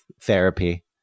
therapy